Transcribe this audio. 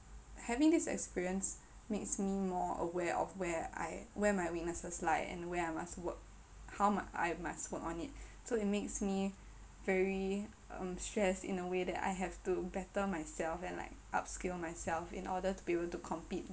having this experience makes me more aware of where I where my weaknesses lie and where I must work how I must work on it so it makes me very um stressed in a way that I have to better myself and like upskill myself in order to be able to compete